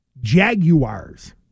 Jaguars